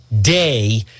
day